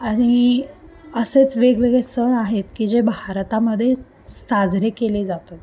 आणि असेच वेगवेगळे सण आहेत की जे भारतामध्ये साजरे केले जातात